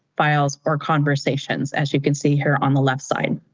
files, or conversations as you can see here on the left side.